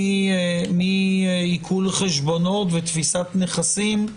מעיקול חשבונות ותפיסת נכסים,